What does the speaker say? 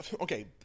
okay